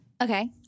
Okay